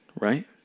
right